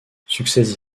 succès